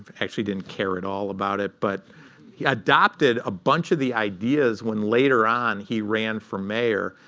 actually didn't care at all about it, but he adopted a bunch of the ideas when, later on, he ran for mayor,